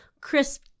crisp